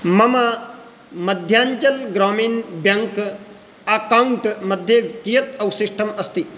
मम Madhyanchal Gramin bank account मध्ये कियत् अवशिष्टम् अस्ति